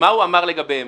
מה הוא אמר לגביהם?